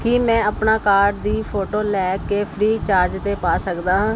ਕੀ ਮੈਂ ਆਪਣਾ ਕਾਰਡ ਦੀ ਫੋਟੋ ਲੈ ਕੇ ਫ੍ਰੀਚਾਰਜ 'ਤੇ ਪਾ ਸਕਦਾ ਹਾਂ